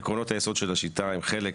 עקרונות היסוד של השיטה הם חלק